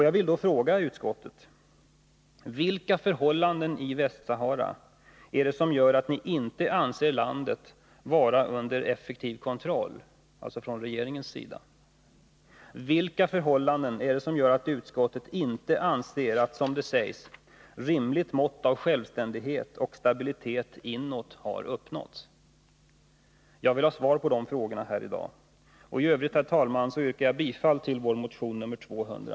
Jag måste fråga utskottet: Vilka förhållanden i Västsahara är det som gör att ni inte anser att regeringen har landet under effektiv kontroll? Vilka förhållanden är det som gör att utskottet inte anser att ett, som det sägs, ”rimligt mått av självständigthet och stabilitet inåt” har uppnåtts? Jag vill ha svar på dessa frågor i dag. I övrigt, herr talman, yrkar jag bifall till vår motion nr 200.